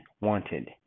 wanted